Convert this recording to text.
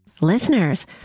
Listeners